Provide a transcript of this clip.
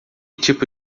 tipo